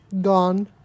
gone